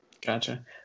Gotcha